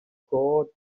poor